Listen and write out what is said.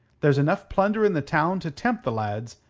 there's enough plunder in the town to tempt the lads,